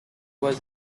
was